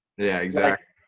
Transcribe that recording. yeah, exactly.